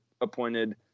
appointed